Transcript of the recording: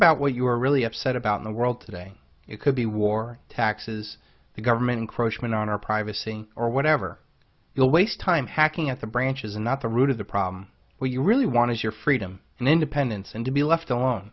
about what you are really upset about in the world today it could be war taxes the government encroachments on our privacy or whatever you'll waste time hacking at the branches and not the root of the problem where you really want is your freedom and independence and to be left alone